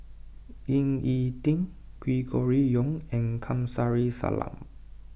Ying E Ding Gregory Yong and Kamsari Salam